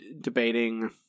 debating